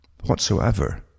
whatsoever